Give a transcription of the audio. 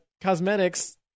cosmetics